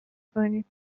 کنیم